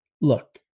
Look